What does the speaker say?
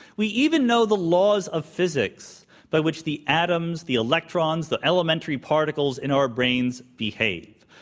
we even know the laws of physics by which the atoms, the electrons, the elementary particles in our brains behave.